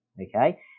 Okay